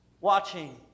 watching